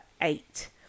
eight